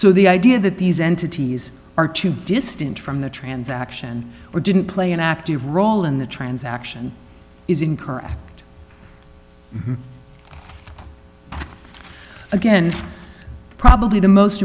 so the idea that these entities are too distant from the transaction or didn't play an active role in the transaction is incorrect again probably the most